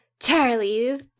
Charlie's